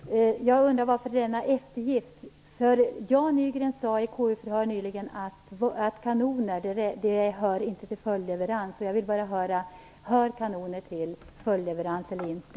Fru talman! Jag undrar: Varför denna eftergift? Jan Nygren sade i ett KU-förhör nyligen att kanoner inte hör till följdleveranser, och jag vill bara höra om kanoner hör till följdleveranser eller inte.